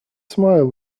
smile